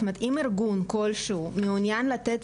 זאת אומרת אם ארגון כלשהו מעוניין לתת